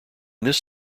this